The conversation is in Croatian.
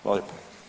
Hvala lijepo.